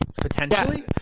potentially